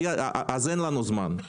אבל אין לנו זמן.